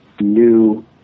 new